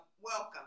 welcome